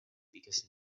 because